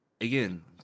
again